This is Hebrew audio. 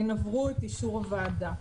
הן עברו את אישור הוועדה.